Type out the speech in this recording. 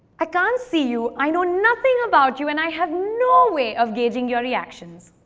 i can't see you, i know nothing about you, and i have no way of gauging your reactions.